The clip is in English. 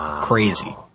crazy